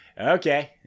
Okay